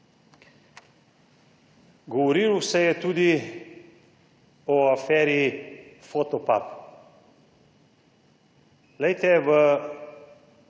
Govorilo se je tudi o aferi Fotopub. Poglejte, v